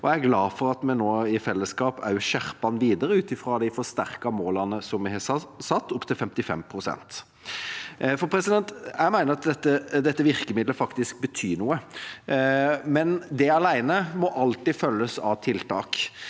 jeg er glad for at vi nå i fellesskap også skjerper den videre, ut fra de forsterkede målene vi har satt, opp til 55 pst. Jeg mener at dette virkemidlet faktisk betyr noe, men det må alltid følges av tiltak.